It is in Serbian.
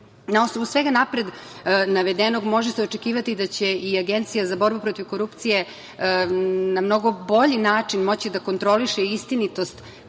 osnovu svega napred navedenog može se očekivati da će i Agencija za borbu protiv korupcije na mnogo bolji način moći da kontroliše istinitost prijave